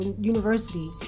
university